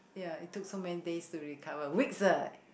ya it took so many days to recover weeks ah